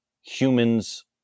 humans